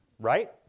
Right